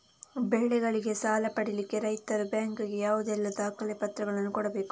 ಬೆಳೆಗಳಿಗೆ ಸಾಲ ಪಡಿಲಿಕ್ಕೆ ರೈತರು ಬ್ಯಾಂಕ್ ಗೆ ಯಾವುದೆಲ್ಲ ದಾಖಲೆಪತ್ರಗಳನ್ನು ಕೊಡ್ಬೇಕು?